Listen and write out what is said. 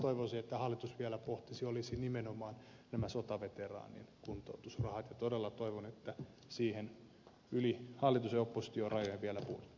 toivoisin että hallitus yhtä asiaa vielä pohtisi ja se olisi nimenomaan nämä sotaveteraanien kuntoutusrahat ja todella toivon että siihen yli hallitus ja oppositiorajojen vielä puututtaisiin